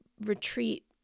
retreat